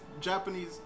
Japanese